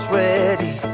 ready